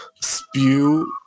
spew